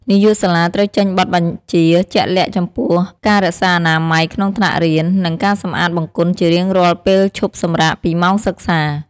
នាយកសាលាត្រូវចេញបទបញ្ជាជាក់លាក់ចំពោះការរក្សាអនាម័យក្នុងបន្ទប់រៀន និងការសម្អាតបង្គន់ជារៀងរាល់ពេលឈប់សម្រាកពីម៉ោងសិក្សា។